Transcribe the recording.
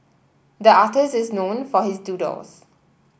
the artist is known for his doodles